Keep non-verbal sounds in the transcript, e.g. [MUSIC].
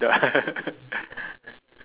[LAUGHS]